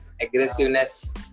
aggressiveness